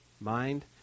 mind